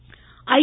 cricket I